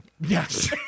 Yes